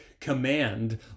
command